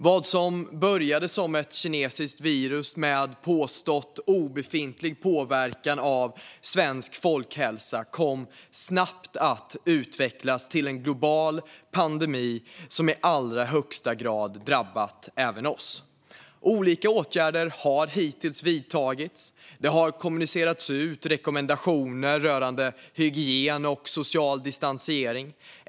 Vad som började som ett kinesiskt virus med påstått obefintlig påverkan på svensk folkhälsa kom snabbt att utvecklas till en global pandemi som i allra högsta grad drabbat även oss. Olika åtgärder har hittills vidtagits. Det har kommunicerats ut rekommendationer rörande hygien och social distansering.